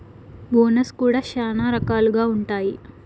bonus కూడా శ్యానా రకాలుగా ఉంటాయి